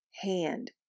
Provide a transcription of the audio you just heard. hand